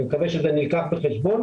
אני מקווה שזה נלקח בחשבון.